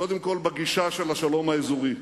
קודם כול, בגישה של השלום האזורי.